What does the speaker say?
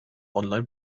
online